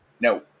No